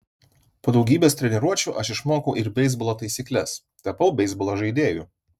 po daugybės treniruočių aš išmokau ir beisbolo taisykles tapau beisbolo žaidėju